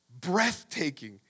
breathtaking